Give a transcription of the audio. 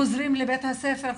חוזרים לבית הספר,